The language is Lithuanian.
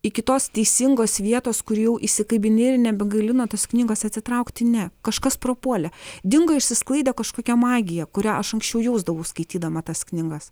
iki tos teisingos vietos kur jau įsikabini ir nebegali nuo tos knygos atsitraukti ne kažkas prapuolė dingo išsisklaidė kažkokia magija kurią aš anksčiau jausdavau skaitydama tas knygas